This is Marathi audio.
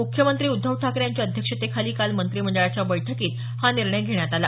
मुख्यमंत्री उद्धव ठाकरे यांच्या अध्यक्षतेखाली काल मंत्रिमंडळाच्या बैठकीत हा निर्णय घेण्यात आला